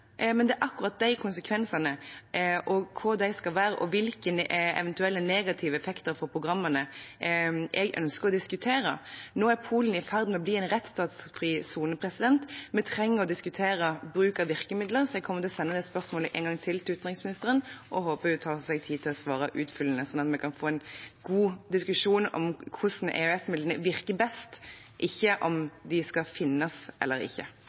akkurat de konsekvensene, hvor de skal være, og eventuelle negative effekter på programmene jeg ønsker å diskutere. Nå er Polen i ferd med å bli en rettsstatsfri sone. Vi trenger å diskutere bruk av virkemidler. Jeg kommer til å sende det spørsmålet til utenriksministeren en gang til, og håper hun tar seg tid til å svare utfyllende, slik at vi kan få en god diskusjon om hvordan EØS-midlene virker best – ikke om de skal finnes eller ikke.